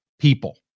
people